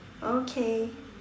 okay